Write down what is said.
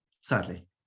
sadly